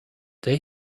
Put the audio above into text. they